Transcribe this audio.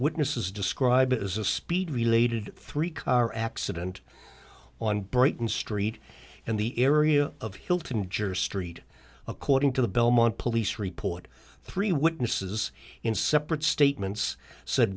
witnesses described as a speed related three car accident on brighton street and the area of hilton juror street according to the belmont police report three witnesses in separate statements said